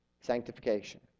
sanctification